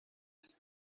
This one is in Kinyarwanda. bafite